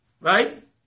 right